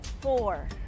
four